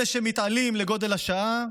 אלה שמתעלים לגודל השעה,